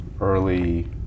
early